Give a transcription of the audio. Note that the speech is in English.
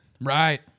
Right